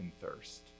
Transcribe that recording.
thirst